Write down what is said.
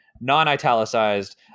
non-italicized